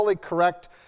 correct